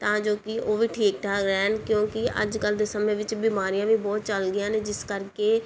ਤਾਂ ਜੋ ਕਿ ਉਹ ਵੀ ਠੀਕ ਠਾਕ ਰਹਿਣ ਕਿਉਂਕਿ ਅੱਜ ਕੱਲ੍ਹ ਦੇ ਸਮੇਂ ਵਿੱਚ ਬਿਮਾਰੀਆਂ ਵੀ ਬਹੁਤ ਚਲ ਗਈਆਂ ਨੇ ਜਿਸ ਕਰਕੇ